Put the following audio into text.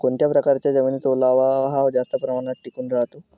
कोणत्या प्रकारच्या जमिनीत ओलावा हा जास्त प्रमाणात टिकून राहतो?